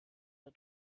der